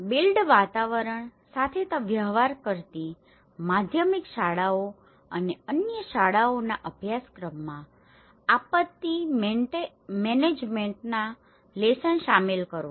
build વાતાવરણ સાથે વ્યવહાર કરતી માધ્યમિક શાળાઓ અને અન્ય શાળાઓના અભ્યાસક્રમમાં આપત્તિ મેનેજમેન્ટના લેસન શામેલ કરવો